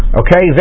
okay